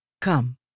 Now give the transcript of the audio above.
come